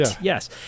yes